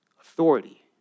Authority